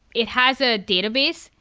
it has a database,